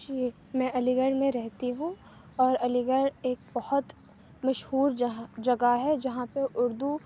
جی میں علی گڑھ میں رہتی ہوں اور علی گڑھ ایک بہت مشہور جہاں جگہ ہے جہاں پے اُردو